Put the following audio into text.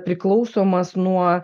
priklausomas nuo